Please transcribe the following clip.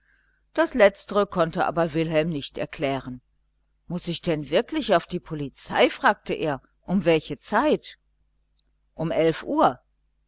das letztere konnte aber wilhelm nicht erklären muß ich denn wirklich auf die polizei fragte er um welche zeit um uhr